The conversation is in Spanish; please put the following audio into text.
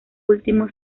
último